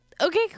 okay